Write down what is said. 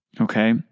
okay